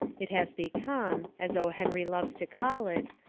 it has become, as o. henry loves to call it,